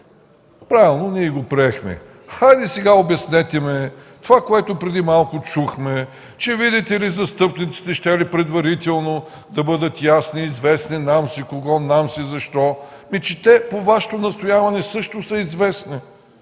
Правилно, ние го приехме. Хайде сега, обяснете ми това, което преди малко чухме, че видите ли, застъпниците щели предварително да бъдат ясни, известни, не знам си какво, не знам си защо, те по Вашето настояване също са известни,